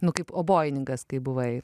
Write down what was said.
nu kaip obojininkas kai buvai